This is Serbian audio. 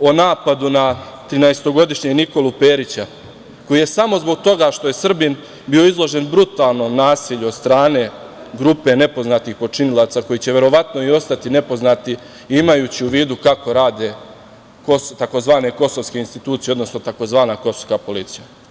o napadu na trinaestogodišnjeg Nikolu Perića, koji je samo zbog toga što je Srbin bio izložen brutalnom nasilju od strane grupe nepoznatih počinilaca koji će verovatno i ostati nepoznati imajući u vidu kako rade tzv. kosovske institucije, odnosno tzv. kosovska policija.